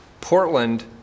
Portland